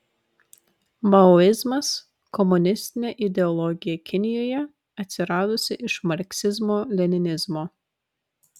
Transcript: maoizmas komunistinė ideologija kinijoje atsiradusi iš marksizmo leninizmo